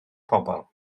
pobol